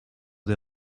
des